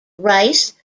rice